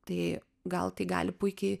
tai gal tai gali puikiai